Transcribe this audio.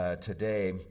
Today